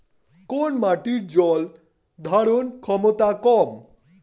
কোন মাটির জল ধারণ ক্ষমতা কম?